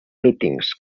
mítings